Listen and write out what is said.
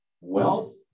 Wealth